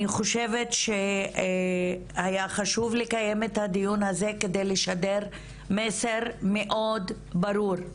אני חושבת שהיה חשוב לקיים את הדיון הזה כדי לשדר מסר מאוד ברור,